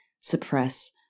suppress